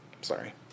Sorry